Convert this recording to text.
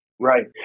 Right